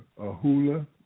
ahula